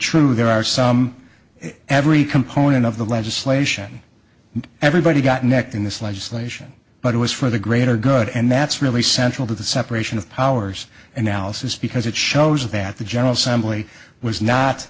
true there are some every component of the legislation everybody got necked in this legislation but it was for the greater good and that's really central to the separation of powers analysis because it shows that the general assembly was not